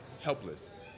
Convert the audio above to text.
helpless